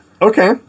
Okay